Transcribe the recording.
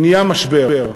נהיה משבר.